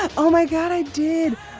oh my god i did.